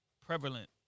prevalent